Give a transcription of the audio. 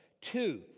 Two